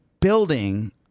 building